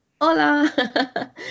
Hola